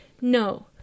no